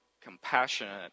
compassionate